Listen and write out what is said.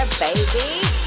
Baby